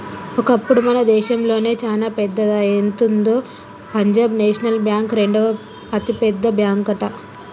ఒకప్పుడు మన దేశంలోనే చానా పెద్దదా ఎంతుందో పంజాబ్ నేషనల్ బ్యాంక్ రెండవ అతిపెద్ద బ్యాంకట